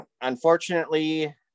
unfortunately